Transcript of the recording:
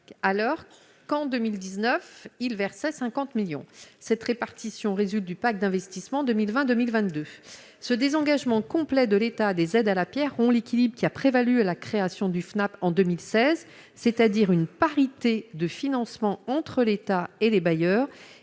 alors qu'en 2019 il versait 50 millions cette répartition résulte du pacte d'investissement 2020, 2022 ce désengagement complet de l'état des aides à la Pierre, rompt l'équilibre qui a prévalu à la création du FNAP en 2016, c'est-à-dire une parité de financement entre l'État et les bailleurs